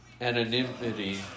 anonymity